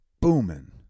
booming